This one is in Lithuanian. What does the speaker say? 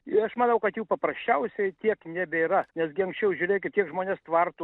jie aš manau kad jų paprasčiausiai tiek nebėra nes gi anksčiau žiūrėkit kiek žmonių tvartų